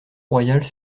royales